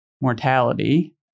mortality